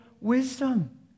wisdom